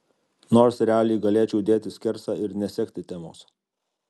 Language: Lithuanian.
nors realiai galėčiau dėti skersą ir nesekti temos